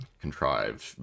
contrived